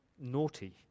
naughty